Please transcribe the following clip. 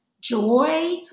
joy